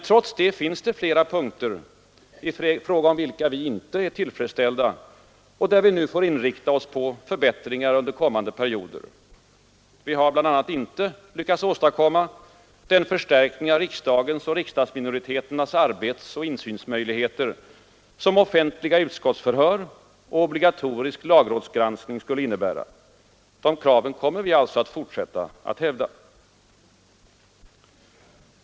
Trots detta finns flera punkter, i fråga om vilka vi inte är tillfredsställda och där vi nu får inrikta oss på förbättringar under kommande perioder. Vi har bl.a. inte lyckats åstadkomma den förstärkning av riksdagens och riksdagsminoriteternas arbetsoch insynsmöjligheter som offentliga utskottsförhör och obligatorisk lagrådsgranskning skulle innebära. Dessa krav kommer vi att fortsätta att hävda.